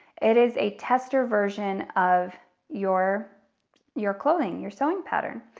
it is a tester version of your your clothing, your sewing pattern.